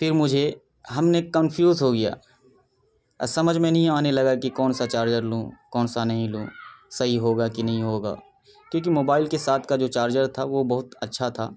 پھر مجھے ہم نے کنفیوز ہو گیا سمجھ میں نہیں آنے لگا کہ کون سا چارجر لوں کون سا نہیں لوں صحیح ہوگا کہ نہیں ہوگا کیوں کہ موبائل کے ساتھ کا جو چارجر تھا وہ بہت اچھا تھا